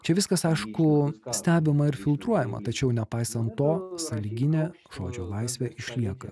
čia viskas aišku stebima ir filtruojama tačiau nepaisant to sąlyginė žodžio laisvė išlieka